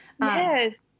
Yes